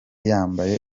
yambaye